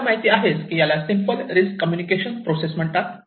आपल्याला माहिती आहेच की याला सिंपल रिस्क कम्युनिकेशन प्रोसेस म्हणतात